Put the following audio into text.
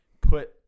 put